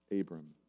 Abram